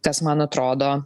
kas man atrodo